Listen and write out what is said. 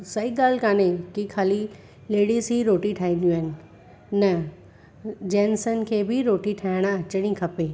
सही ॻाल्हि कान्हे की खाली लेडिस ई रोटी ठाहींदियूं आहिनि न जैन्सनि खे बि रोटी ठाहिणु अचणी खपे